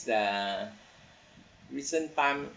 the recent time